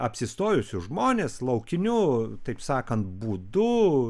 apsistojusius žmones laukiniu taip sakant būdu